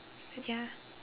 ya